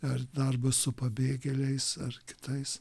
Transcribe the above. ar darbas su pabėgėliais ar kitais